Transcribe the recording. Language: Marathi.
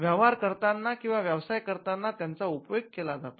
व्यवहार करताना किंवा व्यवसाय करताना त्यांचा उपयोग केला जातो